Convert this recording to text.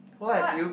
what